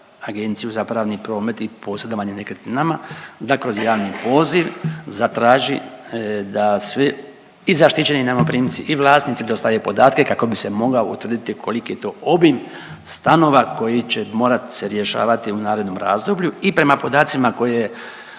Agenciju za pravni promet i posredovanje nekretninama da kroz javni poziv zatraži da svi i zaštićeni najmoprimci i vlasnici da ostave podatke kako bi se mogao utvrditi koliki je to obim stanova koji će morat se rješavati u narednom razdoblju i prema podacima koje